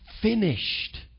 finished